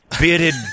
bearded